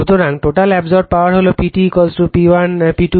সুতরাং total absorbed power হল PT P1 P2 P3